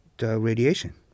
radiation